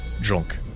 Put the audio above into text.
drunk